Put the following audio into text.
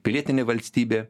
pilietinė valstybė